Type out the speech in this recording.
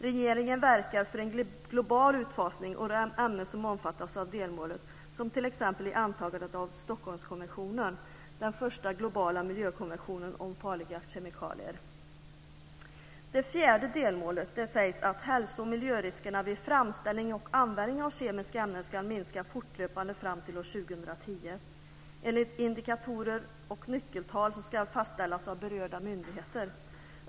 Regeringen verkar för en global utfasning av de ämnen som omfattas av delmålet som t.ex. i antagandet av Stockholmskonventionen, den första globala miljökonventionen om farliga kemikalier. I det fjärde delmålet sägs att hälso och miljöriskerna vid framställning och användning av kemiska ämnen ska minska fortlöpande fram till 2010 enligt indikatorer och nyckeltal som ska fastställas av berörda myndigheter.